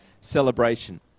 celebration